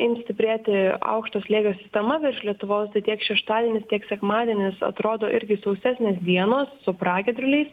ims stiprėti aukšto slėgio sistema virš lietuvos tai tiek šeštadienis tiek sekmadienis atrodo irgi sausesnės dienos su pragiedruliais